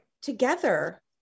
together